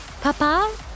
Papa